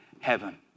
heaven